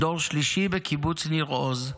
דור שלישי בקיבוץ ניר עוז,